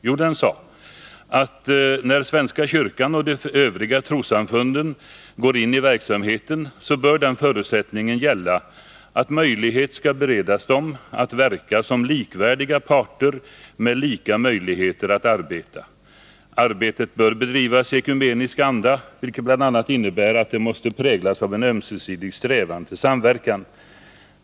Jo, den sade, att när svenska kyrkan och de övriga trossamfunden går in i verksamheten, ”bör den förutsättningen gälla att möjlighet skall beredas dem att verka som likvärdiga parter med lika möjligheter att arbeta. Arbetet bör bedrivas i ekumenisk anda, vilket bl.a. innebär att det måste präglas av en ömsesidig strävan till samverkan.